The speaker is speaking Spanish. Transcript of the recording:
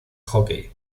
hockey